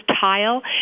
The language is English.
tile